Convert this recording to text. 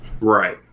Right